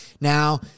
Now